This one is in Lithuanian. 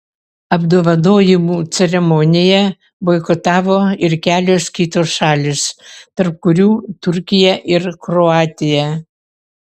apdovanojimų ceremoniją boikotavo ir kelios kitos šalys tarp kurių turkija ir kroatija